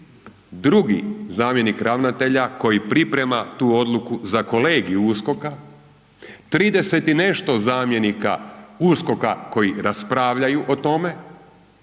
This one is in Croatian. drugi zamjenik ravnatelja koji priprema tu odluku za kolegij USKOK-a, 30 i nešto zamjenika USKOK-a koji raspravljaju o tome